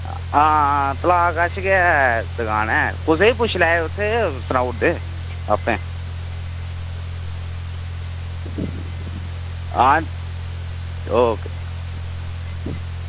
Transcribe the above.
आं तलाऽ कश गै दुकान ऐ कुसैगी बी पुच्छी लैओ तुस ओह् सनाई ओड़दे आपें आं ओके